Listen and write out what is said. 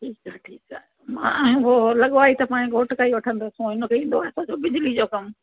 ठीकु आहे ठीकु आ मां हो लॻवाई त पंहिंजे घोटु खां ई वठंदसि उनखे ईंदो आहे बिजली जो कमु